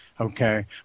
okay